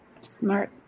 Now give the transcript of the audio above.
Smart